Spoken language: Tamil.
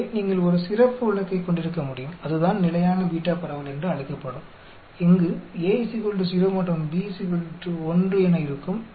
எனவே நீங்கள் ஒரு சிறப்பு வழக்கை கொண்டிருக்க முடியும் அதுதான் நிலையான பீட்டா பரவல் என்று அழைக்கப்படும் அங்கு A 0 மற்றும் B 1 என இருக்கும்